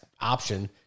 option